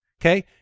okay